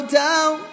down